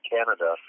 Canada